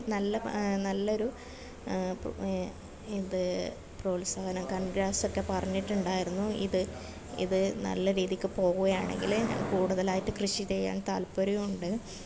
നല്ല നല്ലൊരു ഇത് പ്രോത്സാഹനം കൺഗ്രാറ്റ്സ് ഒക്കെ പറഞ്ഞിട്ടുണ്ടാരുന്നു ഇത് ഇത് നല്ല രീതിക്ക് പോവുകയാണെങ്കിൽ കൂടുതലായിട്ട് കൃഷി ചെയ്യാൻ താൽപര്യമുണ്ട്